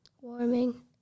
Warming